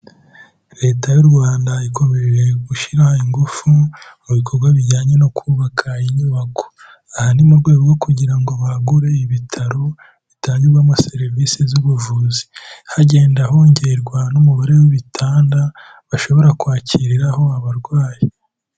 Leta y'u Rwanda ikomeje gushyira ingufu mu bikorwa bijyanye no kubaka inyubako, aha ni mu rwego rwo kugira ngo bagure ibitaro bitangirwamo serivisi z'ubuvuzi, hagenda hongerwa n'umubare w'ibitanda bashobora kwakiriraho abarwayi.